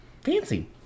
Fancy